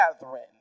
gathering